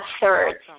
third